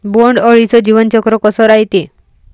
बोंड अळीचं जीवनचक्र कस रायते?